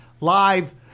live